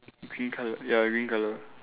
green colour ya green colour